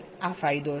આ ફાયદો છે